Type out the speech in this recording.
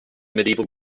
medieval